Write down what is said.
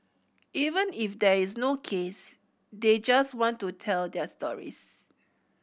even if there is no case they just want to tell their stories